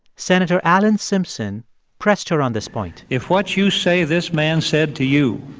senator alan simpson pressed her on this point if what you say this man said to you